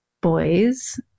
boys